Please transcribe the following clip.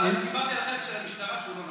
אני, לכם שהמשטרה, שהוא לא נכון.